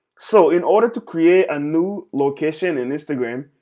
so in order to create a new location in instagram,